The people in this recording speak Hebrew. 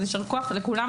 אז יישר כוח לכולם.